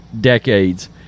decades